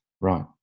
Right